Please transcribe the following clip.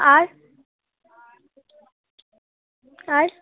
আর আর